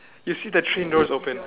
you see the train door is open